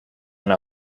yna